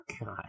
god